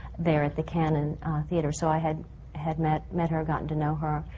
there at the cannon ah theatre. so i had had met met her, gotten to know her,